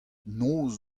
noz